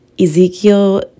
Ezekiel